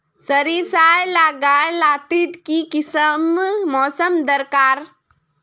सरिसार ला गार लात्तिर की किसम मौसम दरकार?